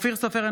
אופיר סופר,